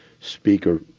speaker